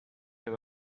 they